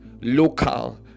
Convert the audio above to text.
local